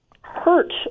hurt